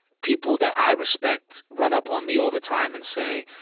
people that i respect run up on me all the time and say,